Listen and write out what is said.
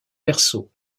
verso